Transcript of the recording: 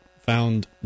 found